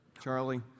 Charlie